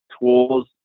tools